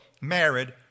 married